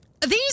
These